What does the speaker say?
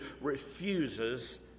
refuses